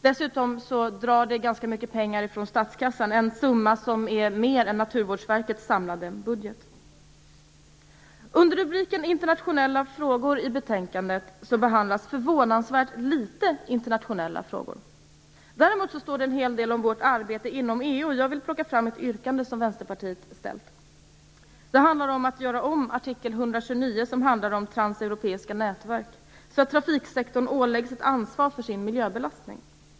Dessutom drar detta ganska mycket pengar från statskassan - en summa som är högre än den i Under rubriken Internationella frågor i betänkandet behandlas förvånansvärt få internationella frågor. Däremot står det en hel del om arbetet inom EU. Jag skall plocka fram ett yrkande som Vänsterpartiet gjort. Det handlar om att göra om artikel 29, som handlar om transeuropeiska nätverk, så att trafiksektorn åläggs ett ansvar för sin miljöbelastning.